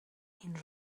این